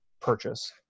purchase